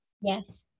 Yes